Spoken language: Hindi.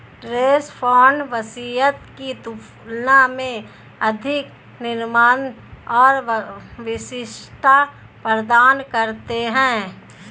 ट्रस्ट फंड वसीयत की तुलना में अधिक नियंत्रण और विशिष्टता प्रदान करते हैं